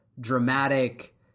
dramatic